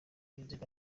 yunzemo